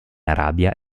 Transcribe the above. arabia